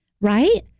right